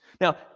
now